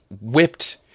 whipped